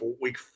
week